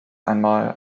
einmal